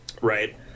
Right